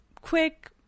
quick